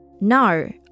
No